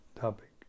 topic